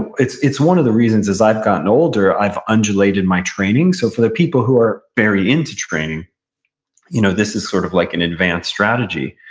it's it's one of the reasons as i've gotten older, i've undulated my training. so for the people who are very into training you know this is sort of like and advanced strategy.